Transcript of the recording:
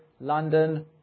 London